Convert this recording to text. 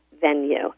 venue